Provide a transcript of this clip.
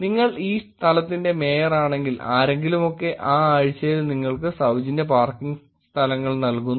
നിങ്ങൾ ആ സ്ഥലത്തിന്റെ മേയറാണെങ്കിൽ ആരെങ്കിലുമൊക്കെ ആ ആഴ്ചയിൽ നിങ്ങൾക്ക് സൌജന്യ പാർക്കിംഗ് സ്ഥലങ്ങൾ നൽകുന്നു